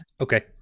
Okay